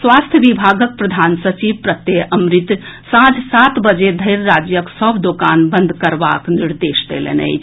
स्वास्थ्य विभागक प्रधान सचिव प्रत्यय अमृत सांझ सात बजे धरि राज्यक सभ दोकान बंद करबाक निर्देश देलनि अछि